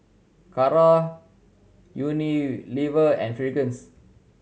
Kara Unilever and Fragrance